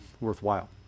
worthwhile